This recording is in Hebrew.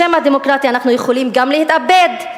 בשם הדמוקרטיה אנחנו יכולים גם להתאבד,